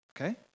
Okay